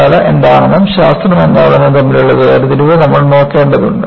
കല എന്താണെന്നും ശാസ്ത്രം എന്താണെന്നും തമ്മിലുള്ള വേർതിരിവ് നമ്മൾ നോക്കേണ്ടതുണ്ട്